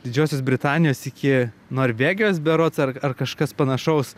didžiosios britanijos iki norvegijos berods ar ar kažkas panašaus